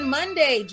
Monday